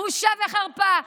בושה וחרפה.